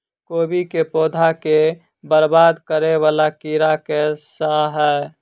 कोबी केँ पौधा केँ बरबाद करे वला कीड़ा केँ सा है?